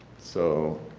so